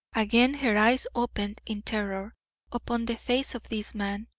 again her eyes opened in terror upon the face of this man,